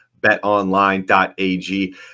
BetOnline.ag